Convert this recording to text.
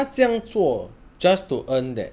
so ya lor 就是这样